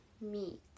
meat